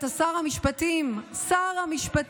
אתה שר המשפטים, שר המשפטים.